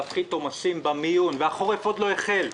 להפחית עומסים במיון - והחורף עוד לא החל,